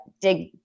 dig